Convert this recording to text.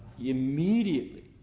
Immediately